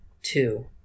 two